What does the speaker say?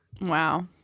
wow